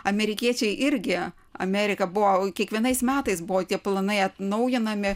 amerikiečiai irgi amerika buvo kiekvienais metais buvo tie planai atnaujinami